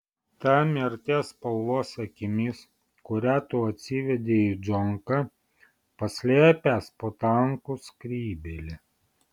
ta mirties spalvos akimis kurią tu atsivedei į džonką paslėpęs po tankų skrybėle